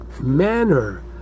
manner